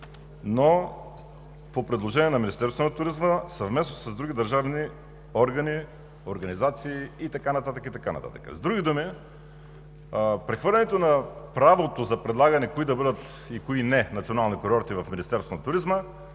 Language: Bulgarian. но по предложение на Министерството на туризма, съвместно с други държавни органи, организации и така нататък, и така нататък. С други думи, прехвърлянето на правото за предлагане кои да бъдат и кои не национални курорти в Министерството на туризма